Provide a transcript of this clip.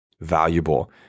valuable